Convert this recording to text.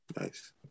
Nice